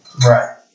Right